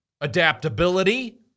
adaptability